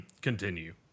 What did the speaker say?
Continue